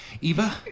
eva